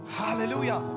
hallelujah